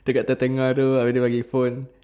dekat tengah-tengah tu abeh dia bagi phone